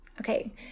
okay